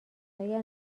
اگر